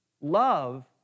Love